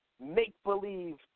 make-believe